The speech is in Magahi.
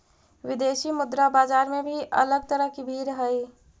विदेशी मुद्रा बाजार में भी अलग तरह की भीड़ हई